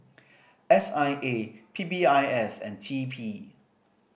S I A P P I S and T P